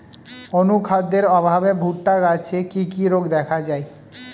অনুখাদ্যের অভাবে ভুট্টা গাছে কি কি রোগ দেখা যায়?